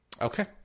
Okay